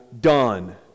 done